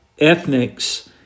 ethnics